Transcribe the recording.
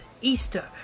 Easter